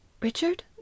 Richard